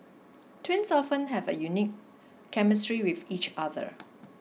twins often have a unique chemistry with each other